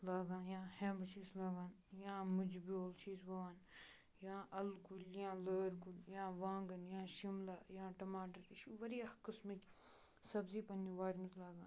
لاگان یا ہٮ۪مبہٕ چھِ أسۍ لاگان یا مُجہِ بیول چھِ أسۍ وَوان یا اَلہٕ کُلۍ یا لٲر کُلۍ یا وانٛگَن یا شِملہ یا ٹماٹَر یہِ چھِ واریاہ قٕسمٕکۍ سبزی پنٛنہِ وارِ منٛز لاگان